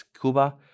Cuba